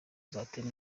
uzatera